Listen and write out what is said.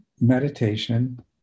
meditation